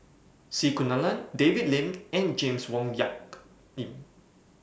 C Kunalan David Lim and James Wong Tuck Yim